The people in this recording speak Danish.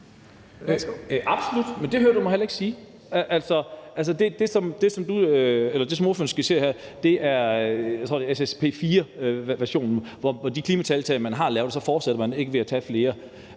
Absolut, men det hører du mig heller ikke sige. Altså, det, som ordføreren skitserer her, tror jeg er SSP4-versionen, hvor der er klimatiltag, man har taget, og så fortsætter man ikke ved at tage flere.